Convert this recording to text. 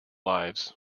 lives